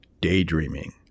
daydreaming